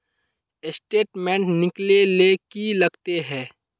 Statement निकले ले की लगते है?